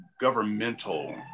governmental